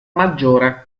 maggiore